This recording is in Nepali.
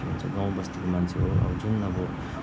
के भन्छ गाउँ बस्तीको मान्छे हो अब जुन अब